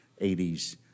80s